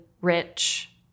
rich